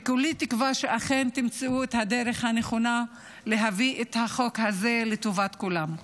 וכולי תקווה שאכן תמצאו את הדרך הנכונה להביא את החוק הזה לטובת כולם.